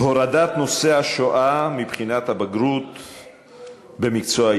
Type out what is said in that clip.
הורדת נושא השואה מבחינת הבגרות בהיסטוריה,